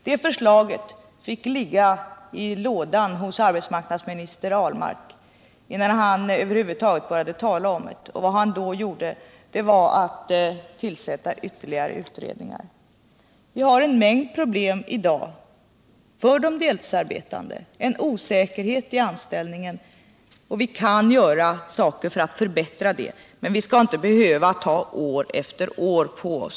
Detta fick ligga i arbetsmarknadsminister Ahlmarks låda, innan han över huvud taget började tala om det. Vad han då gjorde var att tillsätta ytterligare utredningar. Vi har i dag en mängd problem för de deltidsarbetande. De har osäkerhet i anställningen och vi kan göra saker för att förbättra detta, men det skall inte behöva ta år efter år.